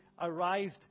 arrived